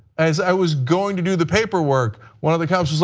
as i was going to do the paperwork one of the cops is like,